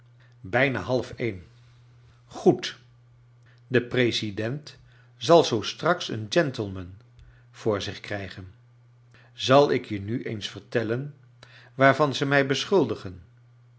half een goed de president zal zoo straks een gentleman voor zich krijgen zal ik je nu eens vertellen waarvan ze mij beschuldigen